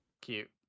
Cute